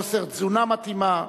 חוסר תזונה מתאימה,